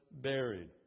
buried